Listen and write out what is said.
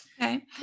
Okay